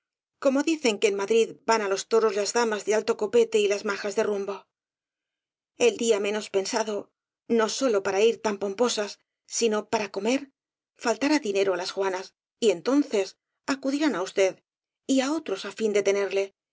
como dicen que en madrid van á los toros las damas de alto copete y las majas de rumbo el día menos pensado no sólo para ir tan pomposas sino para comer faltará dinero á las juanas y entonces acu dirán á usted y á otros á fin de tenerle